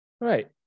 right